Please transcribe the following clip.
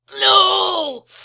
No